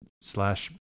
slash